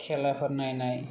खेलाफोर नायनाय